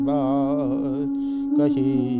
Kashi